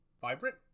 Vibrant